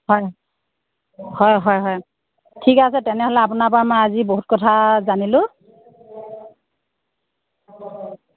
হয় হয় হয় হয় ঠিক আছে তেনেহ'লে আপোনাৰ পৰা মই আজি বহুত কথা জানিলোঁ